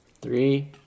Three